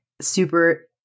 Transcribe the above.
Super